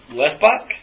left-back